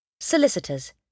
Solicitors